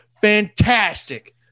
Fantastic